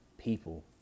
people